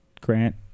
Grant